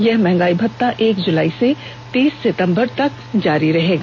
यह महंगाई भत्ता एक जुलाई से तीस सितंबर तक जारी रहेगा